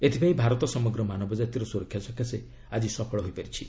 ଏଥିପାଇଁ ଭାରତ ସମଗ୍ର ମାନବଜାତିର ସୁରକ୍ଷା ସକାଶେ ଆଜି ସଫଳ ହୋଇପାରିଛି